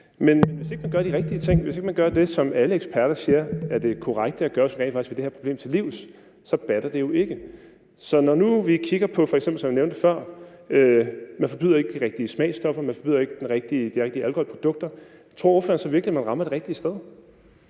ting, hvis ikke man gør det, som alle eksperter siger er det korrekte at gøre, hvis man rent faktisk vil det her problem til livs, så batter det jo ikke. Så når nu vi f.eks. kigger på, som jeg nævnte før, at man ikke forbyder de rigtige smagsstoffer, man forbyder ikke de rigtige alkoholprodukter, tror ordføreren så virkelig, at man rammer det rigtige sted?